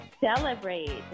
celebrate